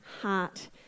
heart